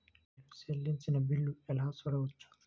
నేను చెల్లించిన బిల్లు ఎలా చూడవచ్చు?